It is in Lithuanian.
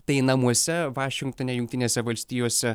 tai namuose vašingtone jungtinėse valstijose